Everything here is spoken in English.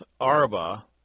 Arba